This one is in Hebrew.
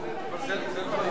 נתקבל.